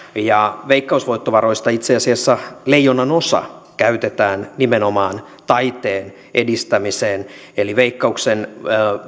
ja veikkausvoittovaroista itse asiassa leijonanosa käytetään nimenomaan taiteen edistämiseen eli veikkauksen